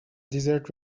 desert